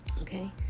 okay